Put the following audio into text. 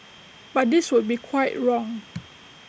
but this would be quite wrong